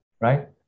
right